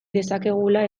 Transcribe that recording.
dezakegula